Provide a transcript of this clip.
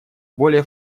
более